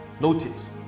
notice